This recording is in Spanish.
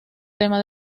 tema